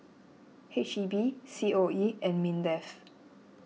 H E B C O E and Mindef